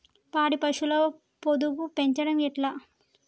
పాడి పశువుల పొదుగు పెంచడం ఎట్లా?